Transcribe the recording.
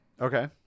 Okay